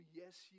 yes